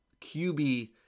QB